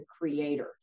creator